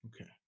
Okay